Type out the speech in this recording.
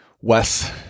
Wes